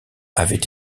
avait